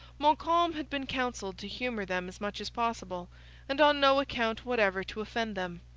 montcalm had been counselled to humour them as much as possible and on no account whatever to offend them.